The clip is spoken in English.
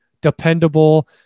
dependable